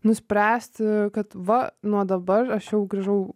nuspręsti kad va nuo dabar aš jau grįžau